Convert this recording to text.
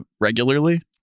regularly